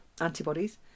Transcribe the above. antibodies